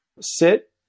sit